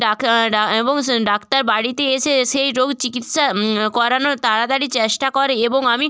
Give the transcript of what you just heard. ডাক ডা এবং স ডাক্তার বাড়িতে এসে সেই রোগ চিকিৎসা করানোর তাড়াতাড়ি চেষ্টা করে এবং আমি